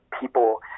people